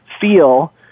feel